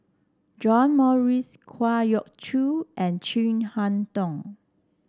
John Morrice Kwa Geok Choo and Chin Harn Tong